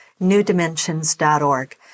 newdimensions.org